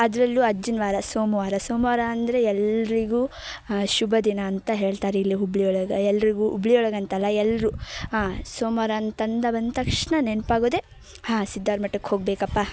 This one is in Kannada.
ಅದರಲ್ಲೂ ಅಜ್ಜನ ವಾರ ಸೋಮವಾರ ಸೋಮವಾರ ಅಂದರೆ ಎಲ್ಲರಿಗೂ ಶುಭ ದಿನ ಅಂತ ಹೇಳ್ತಾರಿಲ್ಲಿ ಹುಬ್ಳಿಯೊಳ್ಗೆ ಎಲ್ಲರಿಗೂ ಹುಬ್ಳಿಯೊಳ್ಗಂತಲ್ಲ ಎಲ್ಲರೂ ಹಾಂ ಸೋಮ್ವಾರಂತಂದು ಬಂದ ತಕ್ಷಣ ನೆನಪಾಗೋದೇ ಹಾಂ ಸಿದ್ದಾರ್ಮಠಕ್ಕೆ ಹೋಗಬೇಕಪ್ಪ